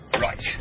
Right